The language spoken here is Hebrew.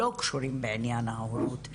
לא קשורים בעניין ההורות,